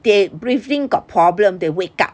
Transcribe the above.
they breathing got problem they wake up